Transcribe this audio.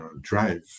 drive